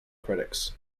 critics